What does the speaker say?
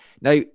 Now